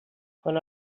quan